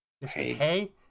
Hey